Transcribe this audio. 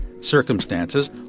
circumstances